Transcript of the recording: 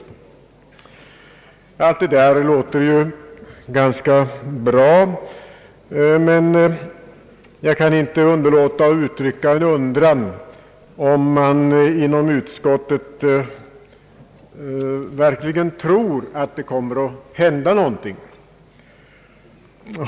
Allt detta låter ju välvilligt. Men jag vill fråga: Tror man inom utskottet verkligen att någonting kommer att hända?